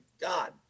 God